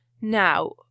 now